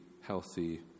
healthy